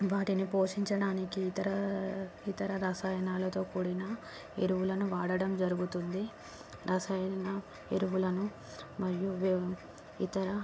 వాటిని పోషించడానికి ఇతర ఇతర రసాయనాలతో కూడిన ఎరువులను వాడడం జరుగుతుంది రసాయన ఎరువులను మరియు వ్యవ్ ఇతర